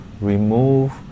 remove